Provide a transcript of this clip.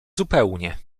zupełnie